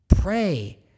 Pray